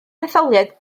etholiad